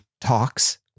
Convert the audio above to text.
talks